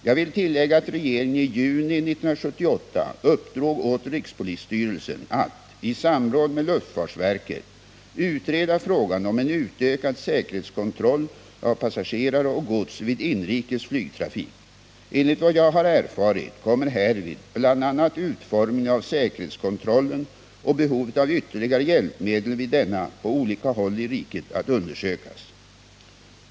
Jag vill tillägga att regeringen i juni 1978 uppdrog åt rikspolisstyrelsen att, i samråd med luftfartsverket, utreda frågan om en utökad säkerhetskontroll av passagerare och gods vid inrikes flygtrafik. Enligt vad jag har erfarit kommer härvid bl.a. utformningen av säkerhetskontrollen och behovet av ytterligare hjälpmedel vid denna på olika håll i riket att undersökas.